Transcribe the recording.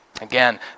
Again